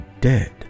dead